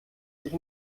sich